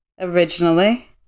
Originally